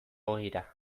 hogeira